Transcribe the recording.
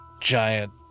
giant